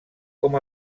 com